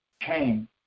came